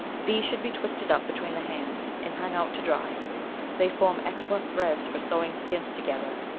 these should be twisted up between the hands, and hung out to dry they form excellent threads for sewing skins together,